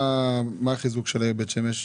מה החיזוק של העיר בית שמש?